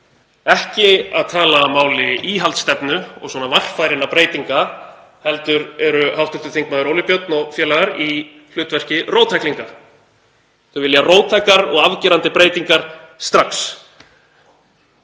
ekki að tala máli íhaldsstefnu og varfærnar breytingar heldur eru hv. þingmenn, Óli Björn Kárason og félagar, í hlutverki róttæklinga. Þau vilja róttækar og afgerandi breytingar strax.